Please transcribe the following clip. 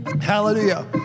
hallelujah